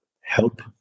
help